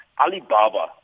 Alibaba